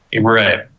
Right